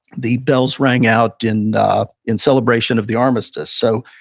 the bells rang out in in celebration of the armistice. so,